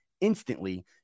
instantly